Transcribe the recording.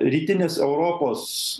rytinės europos